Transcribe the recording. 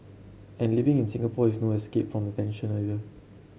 and living in Singapore is no escape from the tension either